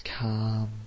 calm